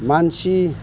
मानसि